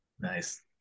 nice